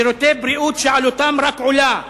שירותי בריאות שעלותם רק עולה,